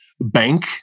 bank